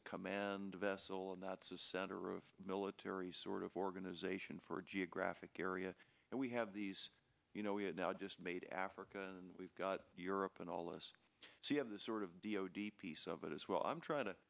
a command vessel and that's a center of military sort of organization for a geographic area and we have these you know we're now just made africa and we've got europe in all this so you have the sort of d o d piece of it as well i'm trying to